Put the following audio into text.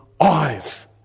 eyes